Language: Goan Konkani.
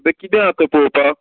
किदें आसा थंय पोवपाक